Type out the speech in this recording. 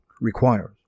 requires